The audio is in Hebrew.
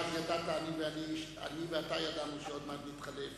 ואז אני ואתה ידענו שעוד מעט נתחלף.